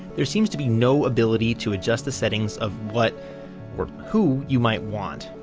there seems to be no ability to adjust the settings of what or who you might want.